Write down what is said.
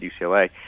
UCLA